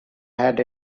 had